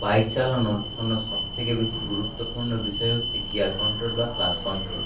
bike চালানোর জন্য সবথেকে বেশি গুরুত্বপূর্ণ বিষয় হচ্ছে গিয়ার কন্ট্রোল বা ক্লাচ কন্ট্রোল